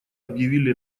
объявили